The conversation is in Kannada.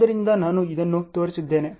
ಆದ್ದರಿಂದ ನಾನು ಇದನ್ನು ತೋರಿಸಿದ್ದೇನೆ